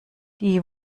die